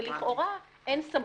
ולכאורה אין סמכות.